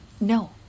No